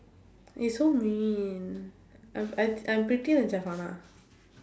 you're so mean I'm I I am prettier than